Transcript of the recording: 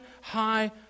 high